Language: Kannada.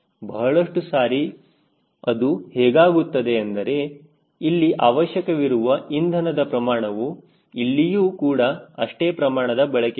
ಬಹಳಷ್ಟು ಸಾರಿ ಅದು ಹೇಗಾಗುತ್ತದೆ ಎಂದರೆ ಇಲ್ಲಿ ಅವಶ್ಯಕವಿರುವ ಇಂಧನದ ಪ್ರಮಾಣವು ಇಲ್ಲಿಯೂ ಕೂಡ ಅಷ್ಟೇ ಪ್ರಮಾಣದ ಬಳಕೆಯಾಗುತ್ತದೆ